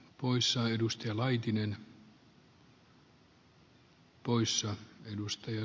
poissa edusti saadaan usein vähemmän